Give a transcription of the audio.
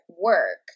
work